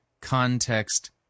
context